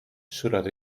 zodat